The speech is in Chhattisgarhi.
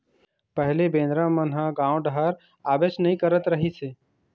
पहिली बेंदरा मन ह गाँव डहर आबेच नइ करत रहिस हे